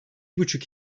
buçuk